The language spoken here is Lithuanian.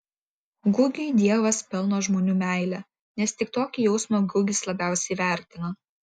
gugiui dievas pelno žmonių meilę nes tik tokį jausmą gugis labiausiai vertina